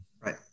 Right